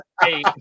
hey